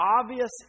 obvious